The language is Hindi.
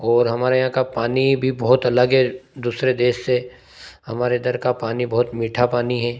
और हमारे यहाँ का पानी भी बहुत अलग है दूसरे देश से हमारे इधर का पानी बहुत मीठा पानी है